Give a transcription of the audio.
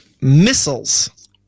missiles